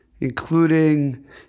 including